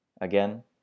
Again